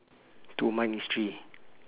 two mine is three